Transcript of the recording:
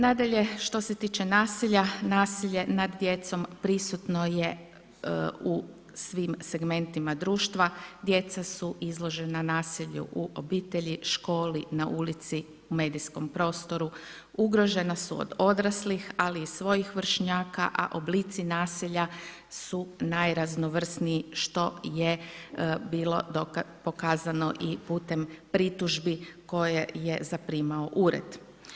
Nadalje, što se tiče nasilja, nasilje nad djecom, prisutno je u svim segmentima društva, djeca su izložena nasilju, u obitelji, školi, na ulici, u medijskom prostoru, ugrožena su od odraslih, ali i svojih vršnjaka, a oblici nasilja su najraznovrsniji što je bilo pokazano i putem pritužbi koje je zaprimao ured.